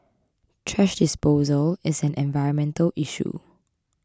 thrash disposal is an environmental issue